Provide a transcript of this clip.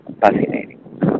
fascinating